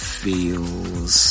feels